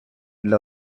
для